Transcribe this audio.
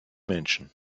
menschen